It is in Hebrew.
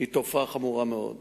זו תופעה חמורה מאוד.